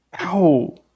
Ow